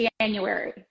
january